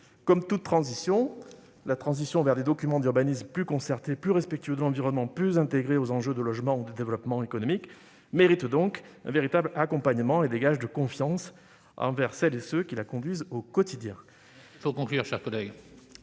que nous appelons de nos voeux vers des documents d'urbanisme plus concertés, plus respectueux de l'environnement, plus intégrés aux enjeux de logement et de développement économique, mérite un véritable accompagnement et des gages de confiance envers celles et ceux qui la conduisent au quotidien.